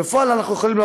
בפועל אנחנו יכולים,